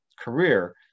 career